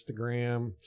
Instagram